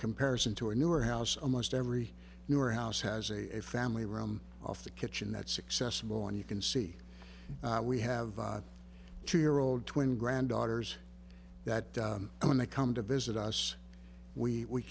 comparison to a newer house almost every newer house has a family room off the kitchen that successful and you can see we have two year old twin granddaughters that when they come to visit us we